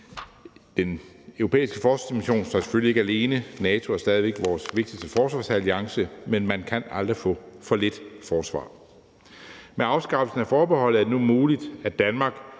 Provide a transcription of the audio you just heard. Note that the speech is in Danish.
Den europæiske forsvarsmission står selvfølgelig ikke alene – NATO er stadig væk vores vigtigste forsvarsalliance, men man kan aldrig få for lidt forsvar. Med afskaffelsen af forbeholdet er det nu muligt, at Danmark